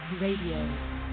Radio